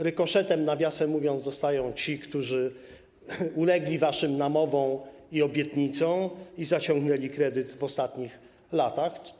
Rykoszetem, nawiasem mówiąc, dostają ci, którzy ulegli waszym namowom i obietnicom i zaciągnęli kredyt w ostatnich latach.